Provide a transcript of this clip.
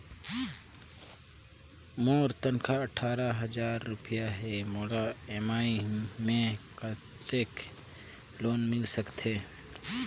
मोर वेतन अट्ठारह हजार रुपिया हे मोला ई.एम.आई मे कतेक लोन मिल सकथे?